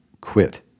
Quit